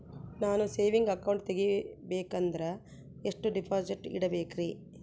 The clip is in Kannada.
ನಾನು ಸೇವಿಂಗ್ ಅಕೌಂಟ್ ತೆಗಿಬೇಕಂದರ ಎಷ್ಟು ಡಿಪಾಸಿಟ್ ಇಡಬೇಕ್ರಿ?